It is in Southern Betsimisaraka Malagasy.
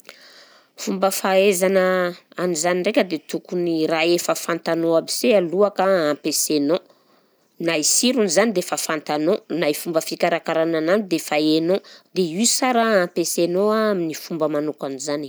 Fomba fahaizana an'izany ndraika dia tokony raha efa fantanao aby se alohaka ampiasainao na i sirony zany dia efa fantanao, na i fomba fikarakarana anany dia efa hainao, dia io sara ampiasainao amin'ny a fomba manokana izany.